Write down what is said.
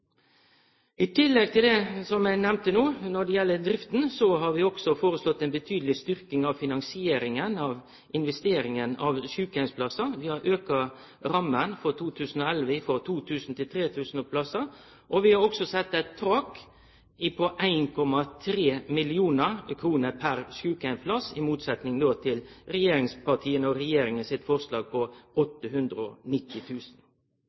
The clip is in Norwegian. I tillegg til det som eg nemnde no når det gjeld drifta, har vi òg foreslått ei betydeleg styrking av finansieringa til investering av sjukeheimsplassar. Vi har auka ramma for 2011 frå 2 000 til 3 000 plassar, og vi har òg sett eit tak på 1,3 mill. kr per sjukeheimsplass, i motsetnad til regjeringspartia og regjeringa sitt forslag på 890 000 kr. Og